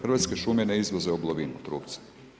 Hrvatske šume ne izvoze oblovinu, trupce.